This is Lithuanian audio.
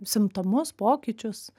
simptomus pokyčius